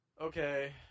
okay